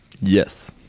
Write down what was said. yes